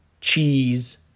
cheese